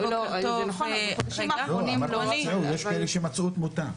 יש כאלה שמצאו את מותם.